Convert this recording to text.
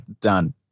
Done